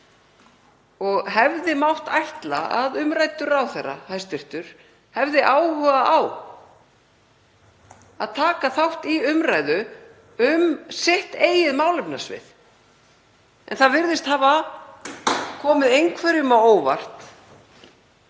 og hefði mátt ætla að umræddur hæstv. ráðherra hefði áhuga á að taka þátt í umræðu um sitt eigið málefnasvið. En það virðist hafa komið einhverjum á óvart